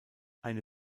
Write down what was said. eine